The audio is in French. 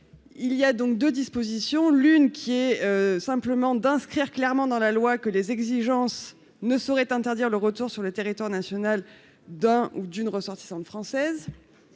il y a donc 2 dispositions : l'une qui est simplement d'inscrire clairement dans la loi que les exigences ne saurait interdire le retour sur le territoire national, d'un ou d'une ressortissante française